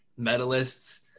medalists